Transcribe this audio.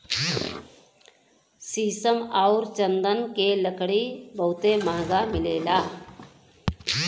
शीशम आउर चन्दन के लकड़ी बहुते महंगा मिलेला